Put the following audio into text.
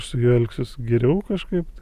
su juo elgsius geriau kažkaip tai